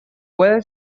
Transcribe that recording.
puede